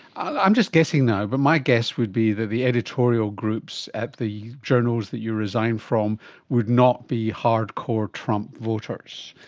i'm just guessing now, but my guess would be that the editorial groups at the journals and that you resign from would not be hard-core trump voters,